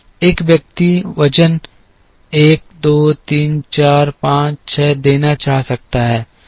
एक व्यक्ति वज़न 1 2 3 4 5 6 देना चाह सकता है